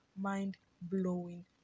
mind-blowing